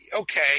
Okay